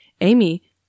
Amy